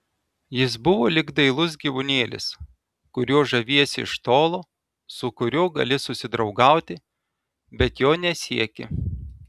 jis buvo lyg dailus gyvūnėlis kuriuo žaviesi iš tolo su kuriuo gali susidraugauti bet jo nesieki